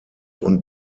und